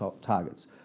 targets